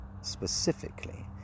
specifically